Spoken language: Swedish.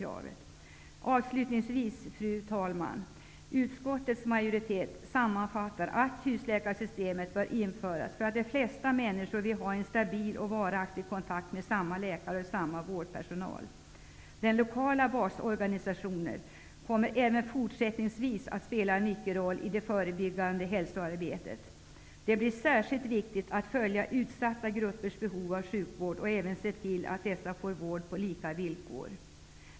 Avslutningsvis, fru talman, sammanfattar utskottets majoritet att husläkarsystemet bör införas för att de flesta människor vill ha en stabil och varaktig kontakt med samma läkare och samma vårdpersonal. Den lokala basorganisationen kommer även fortsättningsvis att spela en nyckelroll i det förebyggande hälsoarbetet. Det blir särskilt viktigt att följa utsatta gruppers behov av sjukvård och även se till att dessa får vård på lika villkor.